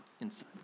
inside